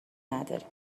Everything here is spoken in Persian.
نداریم